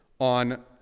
on